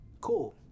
cool